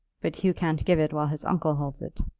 but hugh can't give it while his uncle holds it.